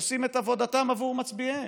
עושים את עבודתם בעבור מצביעיהם,